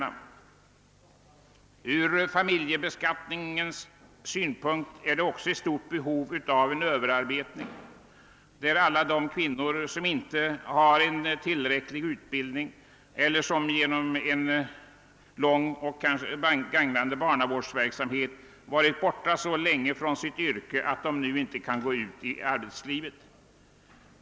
Även från familjebeskattningens synpunkt föreligger det ett stort behov av en överarbetning med tanke på alla de kvinnor som inte har en tillräcklig utbildning eller som på grund av en lång och gagnande barnavårdsverksamhet varit borta så länge från sitt yrke att de inte på nytt kan gå ut i arbetslivet.